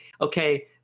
Okay